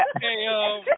Hey